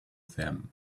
them